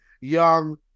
Young